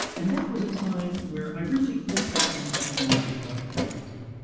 and that was a time where i really looked back and reflected on my life, well, what could i do.